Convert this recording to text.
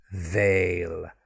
veil